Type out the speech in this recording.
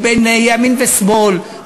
או בין ימין ושמאל,